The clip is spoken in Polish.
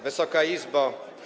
Wysoka Izbo!